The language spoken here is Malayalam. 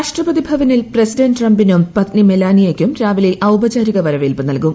രാഷ്ട്രപതി ഭവനിൽ പ്രസിഡന്റ് ട്രംപിന്മൂർ പീത്നി മെലാനിയക്കും രാവിലെ ഔപചാരിക വരവേൽപ്പ് നൽകും